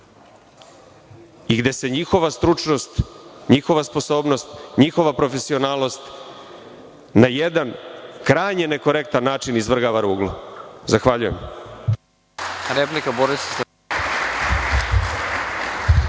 i gde se njihova stručnost, njihova sposobnost, njihova profesionalnost na jedan krajnje nekorektan način izvrgava ruglu. Zahvaljujem.